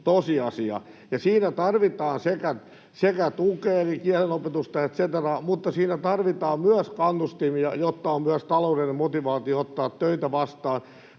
Siinä tarvitaan sekä tukea, eli kielenopetusta et cetera, että myös kannustimia, jotta on myös taloudellinen motivaatio ottaa töitä vastaan,